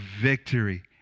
victory